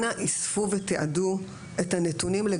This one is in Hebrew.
אנא אספו ותעדו את הנתונים,